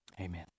Amen